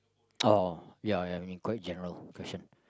oh ya ya I mean quite general question